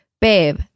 babe